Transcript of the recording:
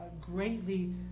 greatly